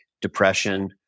depression